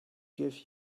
give